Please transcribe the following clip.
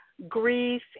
Grief